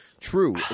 true